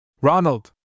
Ronald